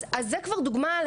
אז זה כבר דוגמא על